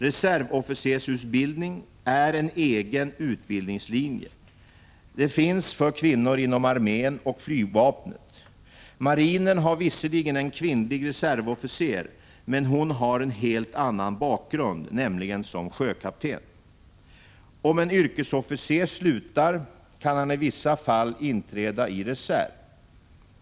Reservofficersutbildning är en egen utbildningslinje. Den finns för kvinnor inom armén och flygvapnet. Marinen har visserligen en kvinnlig reservofficer, men hon har en helt annan bakgrund, nämligen som sjökapten. Om en yrkesofficer slutar kan han i vissa fall inträda i reserv.